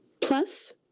Plus